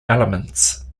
elements